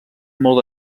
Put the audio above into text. molt